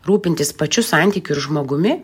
rūpintis pačiu santykiu ir žmogumi